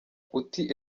uti